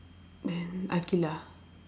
then Aqilah